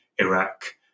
Iraq